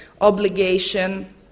obligation